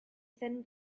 thin